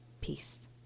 Peace